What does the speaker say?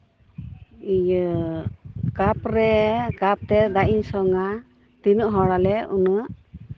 ᱤᱧᱟᱹᱜ ᱠᱟᱯ ᱨᱮ ᱠᱟᱯ ᱛᱮ ᱫᱟᱜ ᱤᱧ ᱥᱚᱝᱼᱟ ᱛᱤᱱᱟᱹᱜ ᱦᱚᱲᱟᱞᱮ ᱩᱱᱟᱹᱜ